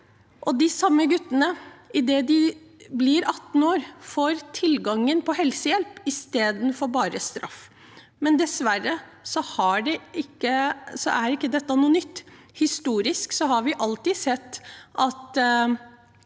De samme guttene får, idet de blir 18 år, tilgang på helsehjelp istedenfor bare straff. Dessverre er ikke dette noe nytt. Historisk har vi alltid sett at